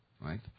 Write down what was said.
right